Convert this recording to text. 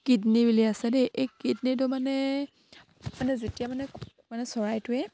kidney বুলি আছে দেই এই কিডনীটো মানে মানে যেতিয়া মানে মানে চৰাইটোৱে